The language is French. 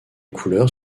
couleurs